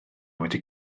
wedi